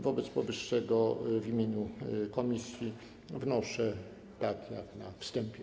Wobec powyższego w imieniu komisji wnoszę jak na wstępie.